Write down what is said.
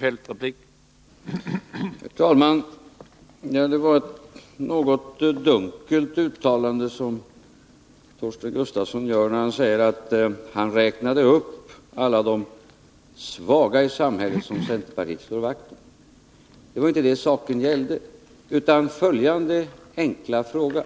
Herr talman! Det var ett något dunkelt uttalande som Torsten Gustafsson gjorde när han sade att han räknade upp alla de svaga i samhället som centerpartiet slår vakt om. Det var inte detta saken gällde, utan det var följande enkla fråga: